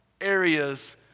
areas